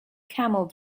camel